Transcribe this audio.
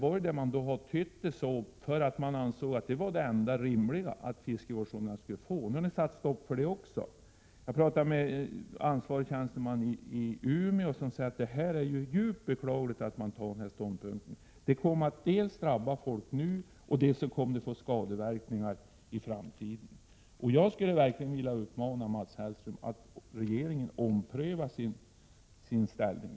Jag nämner som exempel Gävleborgs län, där man har tytt bestämmelserna så, att det var det enda rimliga att fiskevårdsområdena skulle få ersättning. Nu har ni satt stopp för det också. Jag talade med en ansvarig tjänsteman från Umeå som sade att det var djupt beklagligt att man har intagit den här ståndpunkten. Dels kommer det att drabba människor i dag, dels kommer det att få skadeverkningar i framtiden. Jag skulle verkligen vilja uppmana Mats Hellström att se till att regeringen omprövar sin inställning.